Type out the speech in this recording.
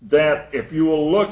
that if you will look